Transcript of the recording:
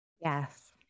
Yes